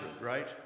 right